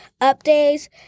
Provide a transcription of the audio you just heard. updates